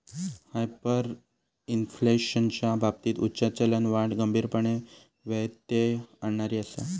हायपरइन्फ्लेशनच्या बाबतीत उच्च चलनवाढ गंभीरपणे व्यत्यय आणणारी आसा